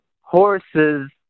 horses